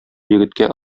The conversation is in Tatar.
егеткә